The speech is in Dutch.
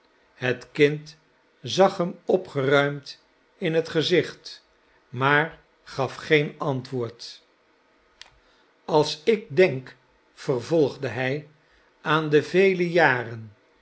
het kind zag hem opgeruimd in het gezicht maar gaf geen antwoord als ik denk vervolgde hij aan de vele jaren